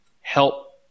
help